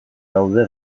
gaude